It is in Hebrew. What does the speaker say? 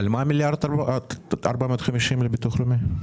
על 1.450 מיליארד לביטוח לאומי?